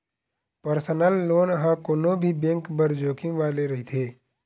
personal loan ह कोनो भी बेंक बर जोखिम वाले रहिथे